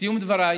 לסיום דבריי